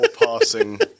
passing